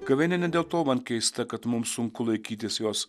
gavėnia ne dėl to man keista kad mums sunku laikytis jos